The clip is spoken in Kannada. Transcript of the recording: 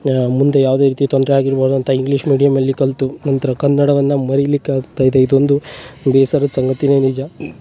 ಮುಂದೆ ಯಾವುದೇ ರೀತಿಯ ತೊಂದರೆ ಆಗಿರಬಾರ್ದಂತ ಇಂಗ್ಲೀಷ್ ಮೀಡ್ಯಮಲ್ಲಿ ಕಲಿತು ನಂತರ ಕನ್ನಡವನ್ನು ಮರೀಲಿಕ್ಕೆ ಆಗ್ತಾ ಇದೆ ಇದೊಂದು ಬೇಸರದ ಸಂಗತಿಯೇ ನಿಜ